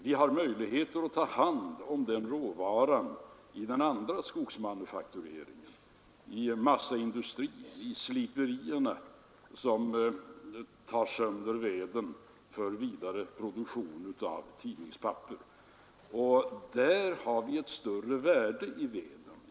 Vi har möjligheter att ta hand om den råvaran i den andra skogsmanufaktureringen — i massaindustrin, i sliperierna, som sönderdelar veden för vidare produktion av papper. Då får vi ett större värde i veden.